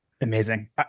Amazing